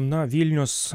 na vilnius